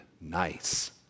nice